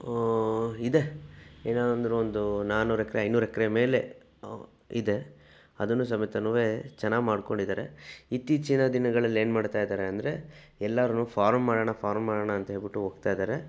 ಇದೆ ಏನಾದ್ರೂ ಒಂದು ನಾನ್ನೂರು ಎಕರೆ ಐನೂರು ಎಕರೆ ಮೇಲೆ ಇದೆ ಅದೂ ಸಮೇತ ಚೆನ್ನಾಗಿ ಮಾಡ್ಕೊಂಡಿದ್ದಾರೆ ಇತ್ತೀಚಿನ ದಿನಗಳಲ್ಲಿ ಏನು ಮಾಡ್ತಾಯಿದ್ದಾರೆ ಅಂದರೆ ಎಲ್ಲರೂ ಫಾರಮ್ ಮಾಡೋಣ ಫಾರಮ್ ಮಾಡೋಣ ಅಂತ ಹೇಳ್ಬಿಟ್ಟು ಹೋಗ್ತಾಯಿದ್ದಾರೆ